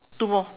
two more